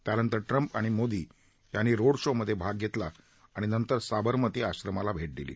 त्यानंतर ट्रम्प आणि मोदी यांनी रोड शो मध्ये भाग घेतला आणि नंतर साबरमती आश्रमाला भेट दिली